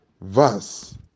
Verse